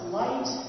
light